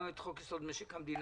גם את חוק-יסוד: משק המדינה,